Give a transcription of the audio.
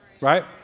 right